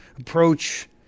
approach